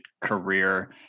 career